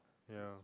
ya